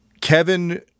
Kevin